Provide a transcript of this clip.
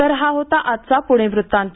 तर हा होता आजचा पुणे वृत्तांत